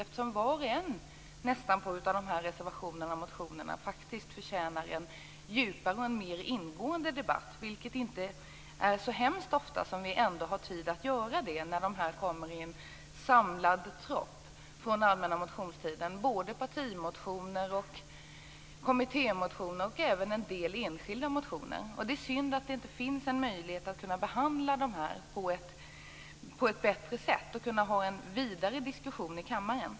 I stort sett varenda reservation och motion förtjänar faktiskt en djupare och mera ingående debatt, vilket vi inte särskilt ofta har tid med. Motionerna kommer ju in så att säga i samlad trupp från den allmänna motionstiden. Det gäller då både partimotioner och kommittémotioner men även en del enskilda motioner. Det är, som sagt, synd att det inte finns möjligheter till en bättre behandling och en vidare diskussion här i kammaren.